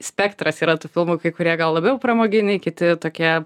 spektras yra tų filmų kai kurie gal labiau pramoginiai kiti tokie